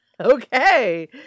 Okay